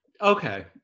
Okay